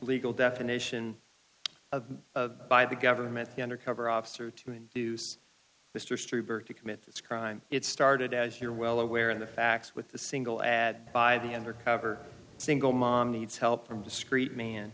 legal definition of by the government the undercover officer to use this trooper to commit this crime it started as you're well aware in the facts with the single ad by the undercover single mom needs help from discreet man